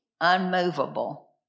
Unmovable